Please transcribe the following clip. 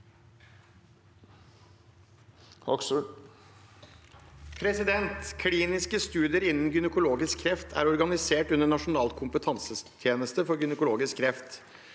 «Kliniske studier innen gynekologisk kreft er organisert under Nasjonal kompetansetjeneste for gynekologisk